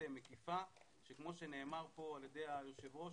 מקיפה שכמו שנאמר כאן על ידי היושב ראש,